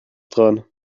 dran